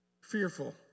fearful